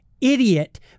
idiot